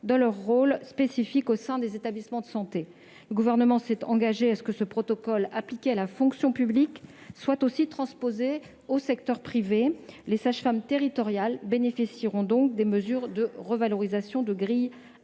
des sages-femmes au sein des établissements de santé. Le Gouvernement s'est engagé à ce que ce protocole appliqué à la fonction publique soit aussi transposé au secteur privé. Les sages-femmes territoriales bénéficieront donc des mesures de revalorisation de la grille indiciaire.